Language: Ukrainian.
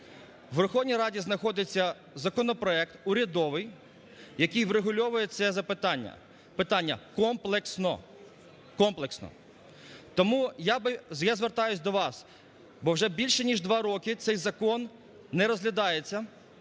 В Верховній Раді знаходиться законопроект урядовий, який врегульовує це питання комплексно. Комплексно. Тому я звертаюсь до вас, бо вже більше ніж два роки цей закон не розглядається,